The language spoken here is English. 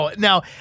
Now